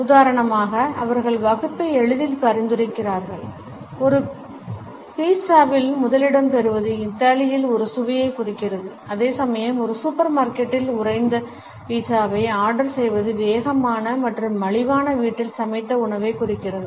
உதாரணமாக அவர்கள் வகுப்பை எளிதில் பரிந்துரைக்கிறார்கள் ஒரு பீஸ்ஸாவில் முதலிடம் பெறுவது இத்தாலியில் ஒரு சுவையை குறிக்கிறது அதேசமயம் ஒரு சூப்பர் மார்க்கெட்டில் உறைந்த பீஸ்ஸாவை ஆர்டர் செய்வது வேகமான மற்றும் மலிவான வீட்டில் சமைத்த உணவைக் குறிக்கிறது